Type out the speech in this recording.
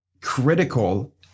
critical